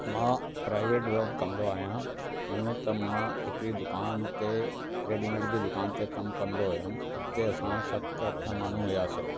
मां private job कंदो आहियां हूअं त मां हिकिड़ी दुकान ते रेडीमेड जी दुकान ते कमु कंदो हुयुमि उते असां सत अठ माण्हूं हुयासीं